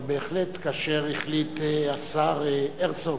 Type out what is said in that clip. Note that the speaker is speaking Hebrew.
אבל בהחלט כאשר החליט השר הרצוג